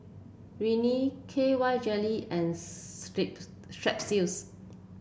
Rene K Y Jelly and Strepsils